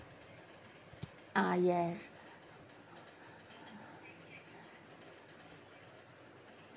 ah yes